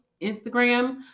Instagram